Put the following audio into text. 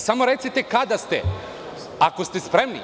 Samo recite, kada ste, ako ste spremni?